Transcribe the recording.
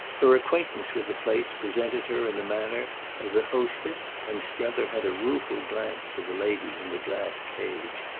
her acquaintance with the place presented her in a manner as a hostess, and strether had a rueful glance for the lady in the glass cage.